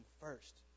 first